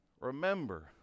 Remember